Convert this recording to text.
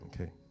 Okay